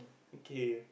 okay